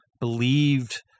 believed